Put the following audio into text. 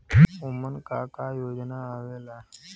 उमन का का योजना आवेला?